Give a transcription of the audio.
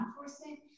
enforcement